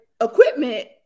equipment